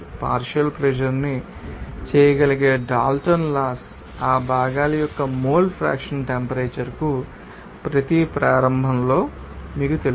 partial pressure ని చేయగలిగే Dalton laws ఆ భాగాల యొక్క మోల్ ఫ్రాక్షన్ టెంపరేచర్ కు ప్రతి ప్రారంభంలో మీకు తెలుస్తుంది